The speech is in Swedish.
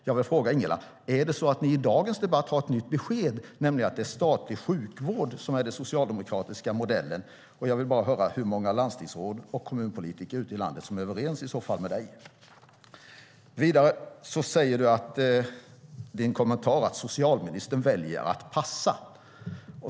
Jag vill fråga Ingela: Har ni ett nytt besked i dagens debatt, nämligen att det är statlig sjukvård som är den socialdemokratiska modellen? Jag vill bara höra hur många landstingsråd och kommunpolitiker ute i landet som i så fall är överens med dig. Vidare säger du i en kommentar att socialministern väljer att passa.